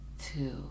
two